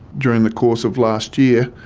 during the course of last year,